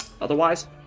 Otherwise